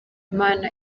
mana